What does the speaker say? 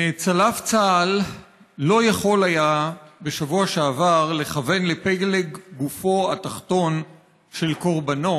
צלף צה"ל לא יכול היה בשבוע שעבר לכוון לפלג גופו התחתון של קורבנו